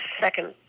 second